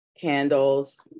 candles